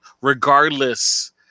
regardless